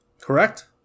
Correct